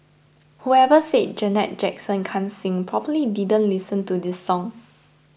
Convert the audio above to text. whoever said Janet Jackson can't sing probably didn't listen to this song